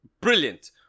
Brilliant